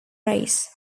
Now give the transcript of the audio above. race